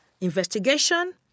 investigation